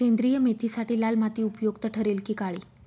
सेंद्रिय मेथीसाठी लाल माती उपयुक्त ठरेल कि काळी?